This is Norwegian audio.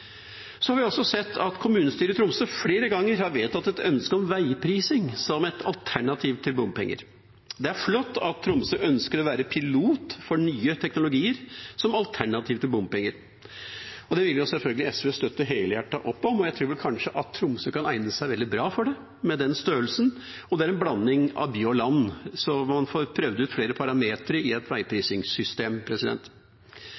har også sett at kommunestyret i Tromsø flere ganger har vedtatt et ønske om veiprising som et alternativ til bompenger. Det er flott at Tromsø ønsker å være pilot for nye teknologier som alternativ til bompenger. Det vil selvfølgelig SV støtte helhjertet opp om, og jeg tror kanskje at Tromsø kan egne seg veldig bra for det, med den størrelsen, og det er en blanding av by og land, så man får prøvd ut flere parametre i et